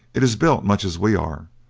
it is built much as we are,